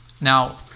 Now